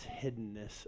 hiddenness